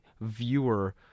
viewer